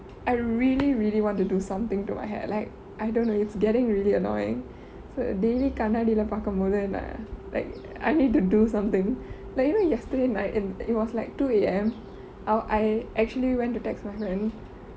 I really really want to do something to my hair like I don't know it's getting really annoying so daily கண்ணாடில பாக்கும்போது நா:kannadila paakkumpoothu naa like I need to do something like you know yesterday night and it was like two A_M err I actually went to text my friend